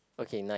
okay nine